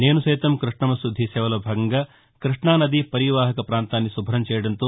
నేనుసైతం కృష్ణమ్మశుద్ది సేవలో భాగంగా కృష్ణానదీ పరివాహక పాంతాన్ని శుభ్రం చేయటంతో